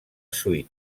suite